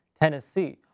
Tennessee